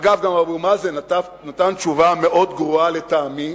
אגב, גם אבו מאזן נתן תשובה מאוד גרועה, לטעמי,